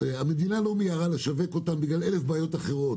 המדינה לא מיהרה לשווק אותן בגלל אלף בעיות אחרות,